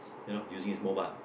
you know using his mobile